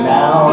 Now